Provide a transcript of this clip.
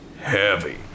heavy